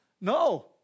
No